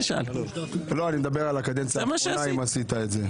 לא, אני מדבר על הקדנציה האחרונה אם עשית את זה.